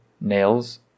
nails